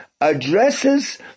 addresses